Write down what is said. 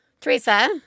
Teresa